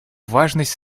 важность